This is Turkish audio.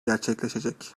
gerçekleşecek